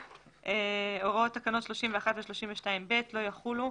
32א.הוראות תקנות 31 ו-32(ב) לא יחולו,